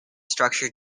structure